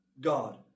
God